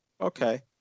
Okay